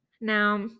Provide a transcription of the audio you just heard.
Now